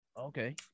Okay